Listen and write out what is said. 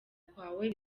kwawe